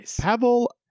Pavel